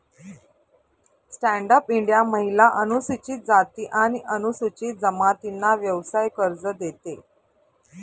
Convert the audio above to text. stand up India महिला, अनुसूचित जाती आणि अनुसूचित जमातींना व्यवसाय कर्ज देते